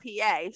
PA